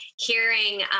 hearing